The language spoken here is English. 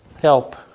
Help